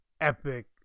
epic